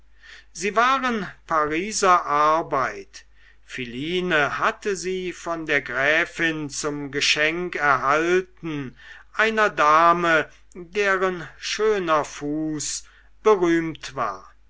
sie waren pariser arbeit philine hatte sie von der gräfin zum geschenk erhalten einer dame deren schöner fuß berühmt war